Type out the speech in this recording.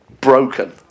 broken